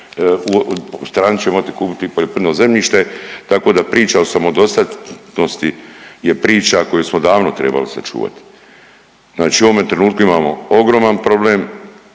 stranci će moći kupiti poljoprivredno zemljište tako da priča o samodostatnosti je priča koju smo davno trebali sačuvati. Znači u ovome trenutku imamo ogroman problem,